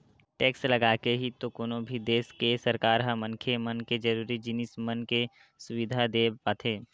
tax लगाके ही तो कोनो भी देस के सरकार ह मनखे मन के जरुरी जिनिस मन के सुबिधा देय पाथे